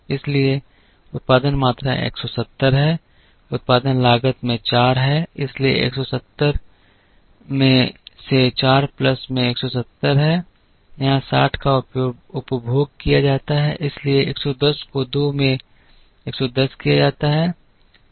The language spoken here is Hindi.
इसलिए उत्पादन मात्रा 170 है उत्पादन लागत में 4 है इसलिए 170 में से 4 प्लस में 170 है यहां 60 का उपभोग किया जाता है इसलिए 110 को 2 में 110 किया जाता है